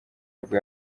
nibwo